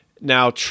Now